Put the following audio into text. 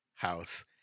house